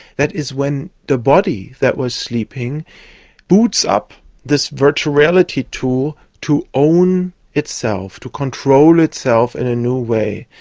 that is when the body that was sleeping boots up this virtual reality tool to own itself, to control itself in a new way.